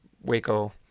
waco